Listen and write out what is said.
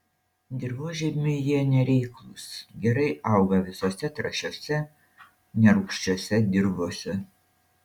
dirvožemiui jie nereiklūs gerai auga visose trąšiose nerūgščiose dirvose